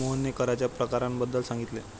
मोहनने कराच्या प्रकारांबद्दल सांगितले